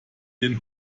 den